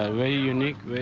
ah very unique.